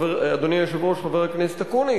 אדוני היושב-ראש חבר הכנסת אקוניס,